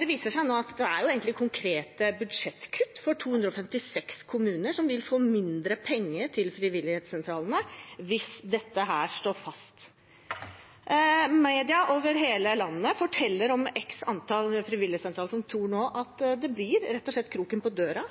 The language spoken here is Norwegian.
Det viser seg nå at det egentlig er konkrete budsjettkutt for 256 kommuner, som vil få mindre penger til frivilligsentralene hvis dette står fast. Media over hele landet forteller om x antall frivilligsentraler som nå tror at det rett og slett blir kroken på døra.